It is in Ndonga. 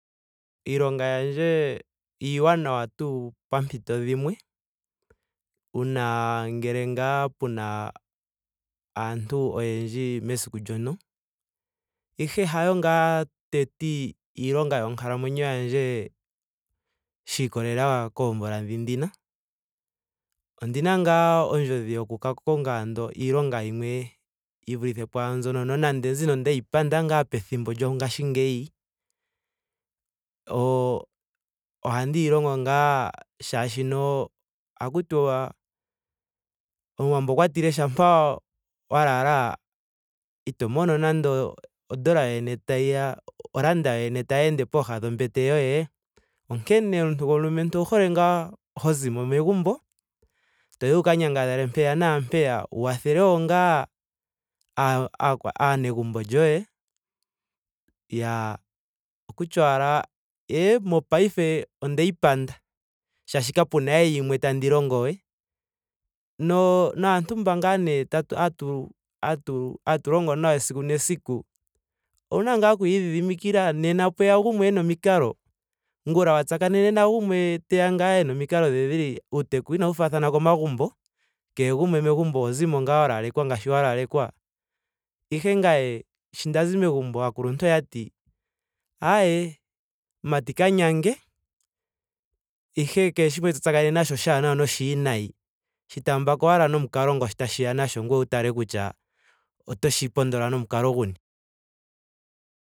Iilonga yandje iiwanawa tuu paampito dhimwe uuna ngele ngaa puna aantu oyendji mesiku ndyono. ihe hayo ngaa teti iilonga yonkalamwenyo yandje shiikolelela koomvula ndi dhina. Ondina ngaa ondjodhi yoku ka konga ando iilonga yimwe yi vulithe pwaambino. nonando mbino ndeyi panda ngaa pethimbo lyongaashingeyi o- ohandi yi longo ngaa shaashino ohaku tiwa omuwambo okwa tile shampa wa lala ito nando odola yoyene tayiya o rand yoyene tayi ende pooha nombete yoye. onkene omuntu gomulumentu owu hole ngaa ho zimo megumbo toyi wu ka nyangadhale mpeya naampeya wu wathele wo ngaa aa- aakwa aanegumbo lyoye. iyaa. okutya owala ee mopaife ondeyi panda. shaashi kapena we yimwe tandi longo we. no- naantu ngaa mba tatu hatu hatu longo nayo esiku nesiku owuna ngaa okuyi idhidhimikila. Nena pweya gumwe ena omikalo. ngula wa tsakanene nagumwe teya ngaa ena omikalo dhe dhili. uuteku inawu faathana komagumbo. Kehe gumwe megumbo oho zimo ngaa wa lalekwa ngaashi wa lalekwa. ihe ngame shi nda zi megumbo aakuluntu oyati aye mumati ka nyange. ihe kehe shimwe to tsakanene nasho oshaanawa noshiwinayi shi taambako ashike nomukalo ngo tashiya nasho ngweye wu tale kutya otoshi pondola nomukalo guni.